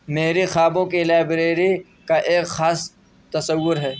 میری خوابوں کی لائبریری کا ایک خاص تصوّر ہے